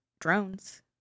drones